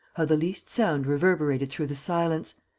how the least sound reverberated through the silence!